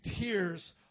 tears